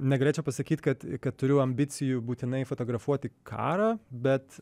negalėčiau pasakyt kad turiu ambicijų būtinai fotografuoti karą bet